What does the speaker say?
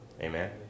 Amen